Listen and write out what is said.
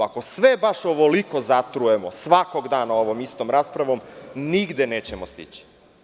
Ako sve baš ovoliko zatrujemo svakog dana ovom istom raspravom, nigde nećemo stići.